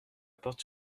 porte